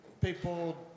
people